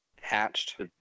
Hatched